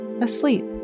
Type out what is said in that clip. Asleep